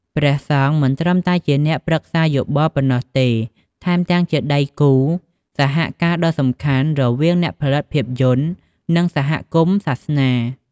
ព្រះសង្ឃមិនត្រឹមតែជាអ្នកប្រឹក្សាយោបល់ប៉ុណ្ណោះទេ ថែមទាំងជាដៃគូសហការណ៍ដ៏សំខាន់ រវាងអ្នកផលិតភាពយន្ត និងសហគមន៍សាសនា។